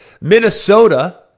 Minnesota